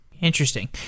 Interesting